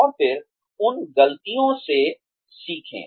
और फिर उन ग़लतियों से सीखें